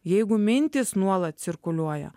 jeigu mintys nuolat cirkuliuoja